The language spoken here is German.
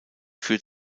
führt